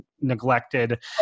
neglected